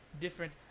different